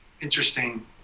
interesting